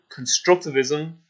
constructivism